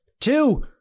two